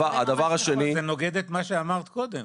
זה נוגד את מה שאמרת קודם.